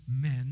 men